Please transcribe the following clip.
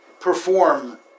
perform